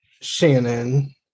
Shannon